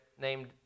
named